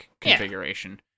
configuration